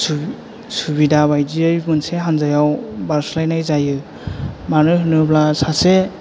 सुबिदा बायदियै मोनसे हानजायाव बारस्लायनाय जायो मानो होनोब्ला सासे